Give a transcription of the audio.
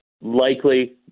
likely